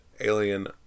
Alien